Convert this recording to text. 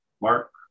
Mark